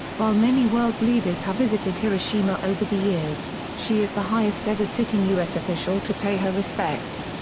while many world leaders have visited hiroshima over the years, she is the highest-ever sitting u s. official to pay her respects.